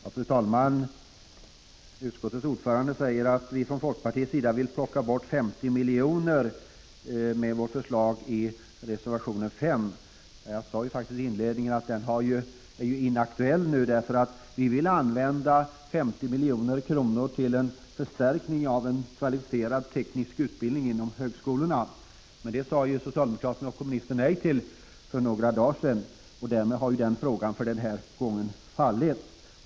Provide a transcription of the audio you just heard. Fru talman! Utskottets ordförande säger att vi från folkpartiet vill plocka bort 50 miljoner enligt vårt förslag i reservation 5. Jag sade faktiskt inledningsvis att förslaget nu är inaktuellt. Vi vill använda 50 milj.kr. till en förstärkning av en kvalificerad teknisk utbildning inom högskolorna. Det sade socialdemokraterna och kommunisterna nej till för några dagar sedan. Därmed har frågan för den här gången fallit.